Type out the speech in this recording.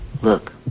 Look